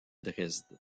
dresde